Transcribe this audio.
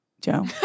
Joe